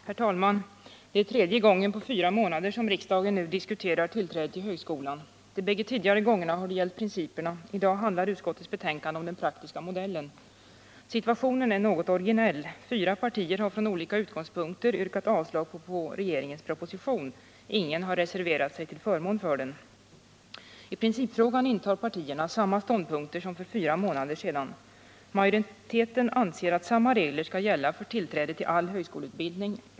Herr talman! Det är nu tredje gången på fyra månader som riksdagen diskuterar tillträdet till högskolan. De bägge tidigare gångerna har det gällt principerna. I dag handlar utskottets betänkande om den praktiska modellen. Situationen är något originell. Fyra partier har från olika utgångspunkter yrkat avslag på regeringens proposition. Ingen har reserverat sig till förmån för den. I principfrågan intar partierna samma ståndpunkter som för fyra månader sedan. Majoriteten anser att samma regler skall gälla för tillträde till all högskoleutbildning.